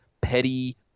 petty